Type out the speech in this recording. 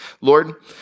Lord